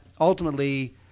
ultimately